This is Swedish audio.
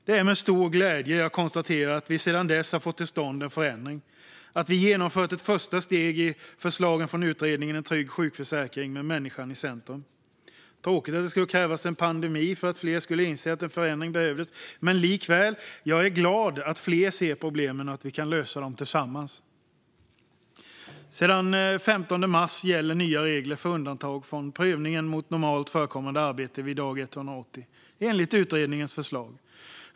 Det är med stor glädje jag konstaterar att vi sedan dess har fått till stånd en förändring och att vi tagit ett första steg utifrån förslagen från utredningen En trygg sjukförsäkring med människan i centrum . Det är tråkigt att det skulle krävas en pandemi för att fler skulle inse att en förändring behövdes, men likväl är jag glad att fler ser problemen och att vi kan lösa dem tillsammans. Sedan den 15 mars gäller nya regler för undantag från prövningen mot normalt förekommande arbete vid dag 180, enligt utredningens förslag.